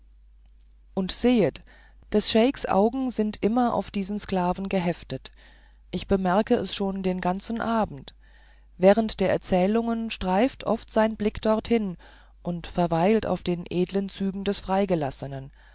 und sehet des scheiks augen sind immer auf diesen sklaven geheftet ich bemerkte es schon den ganzen abend während der erzählungen streifte oft sein blick dorthin und verweilte auf den edeln zügen des freigelassenen